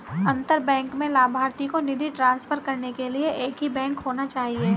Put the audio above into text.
अंतर बैंक में लभार्थी को निधि ट्रांसफर करने के लिए एक ही बैंक होना चाहिए